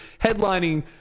headlining